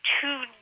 two